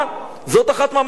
זאת אחת מהמטרות שלה.